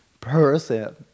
person